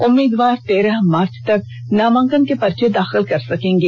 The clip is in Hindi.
उम्मीदवार तेरह मार्च तक नामांकन के पर्चे दाखिल कर सकेंगे